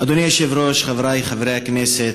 אדוני היושב-ראש, חברי חברי הכנסת,